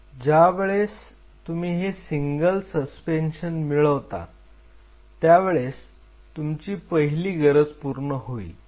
ज्या वेळेस तुम्ही हे सिंगल सस्पेन्शन मिळवता त्यावेळेस तुमची पहिली गरज पूर्ण होईल